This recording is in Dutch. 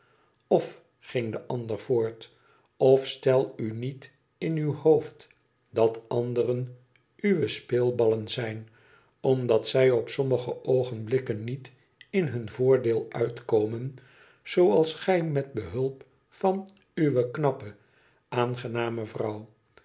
tof ging de ander voort tof stel u niet in uw hoofd dat anderen uwe speelballen zijn omdat zij op sommige oogenblikken niet in hun voordeel uitkomen zooals gij met behulp van uwe knappe aangename vrouw